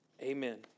Amen